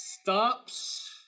stops